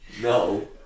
no